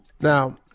Now